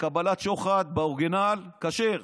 לקבלת שוחד באורגינל, כשר,